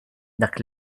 dak